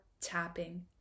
Tapping